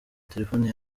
telefone